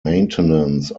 maintenance